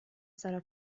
sarà